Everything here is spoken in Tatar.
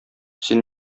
син